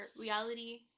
reality